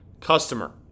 customer